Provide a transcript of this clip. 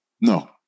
no